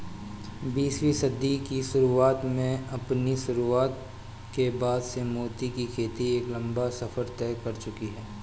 बीसवीं सदी की शुरुआत में अपनी शुरुआत के बाद से मोती की खेती एक लंबा सफर तय कर चुकी है